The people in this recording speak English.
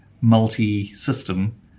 multi-system